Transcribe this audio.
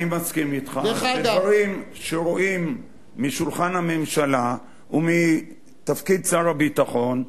אני מסכים אתך שדברים שרואים משולחן הממשלה ומתפקיד שר הביטחון,